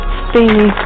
steamy